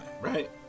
right